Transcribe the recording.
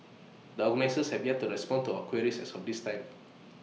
the organisers have yet to respond to our queries as of this time